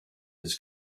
his